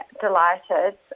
delighted